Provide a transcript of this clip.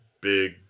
big